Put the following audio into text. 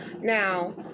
Now